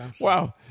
Wow